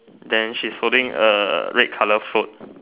then she's holding a red color float